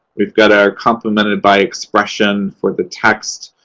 we've got our complemented by expression for the text,